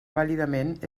vàlidament